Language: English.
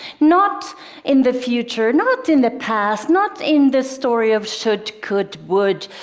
not in the future, not in the past, not in the story of should, could, would,